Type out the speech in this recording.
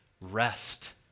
rest